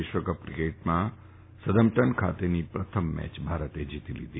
વિશ્વકપ ક્રિકેટમાં સધમ્પટન ખાતેની પ્રથમ મેચ ભારતે જીતી લીધી